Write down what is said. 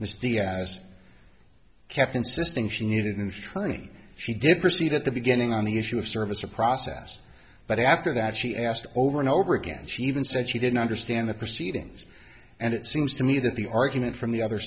and turning she did proceed at the beginning on the issue of service or process but after that she asked over and over again she even said she didn't understand the proceedings and it seems to me that the argument from the other